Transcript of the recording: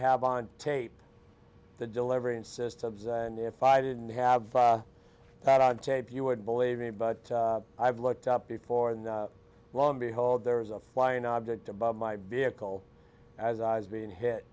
have on tape the delivery systems and if i didn't have that on tape you would believe me but i've looked up before and lo and behold there was a flying object above my vehicle as i was being hit